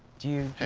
do